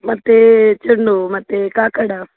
ಮತ್ತು ಚೆಂಡು ಹೂವು ಮತ್ತು ಕಾಕಡ